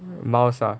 mouse ah